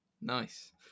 nice